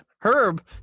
Herb